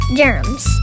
germs